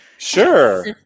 Sure